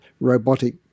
robotic